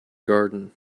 garden